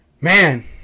Man